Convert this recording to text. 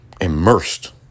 immersed